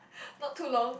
not too long